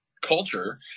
culture